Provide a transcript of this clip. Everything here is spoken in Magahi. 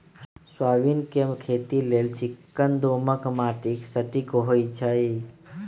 सोयाबीन के खेती लेल चिक्कन दोमट माटि सटिक होइ छइ